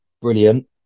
brilliant